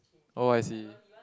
oh I see